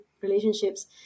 relationships